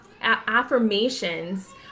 Affirmations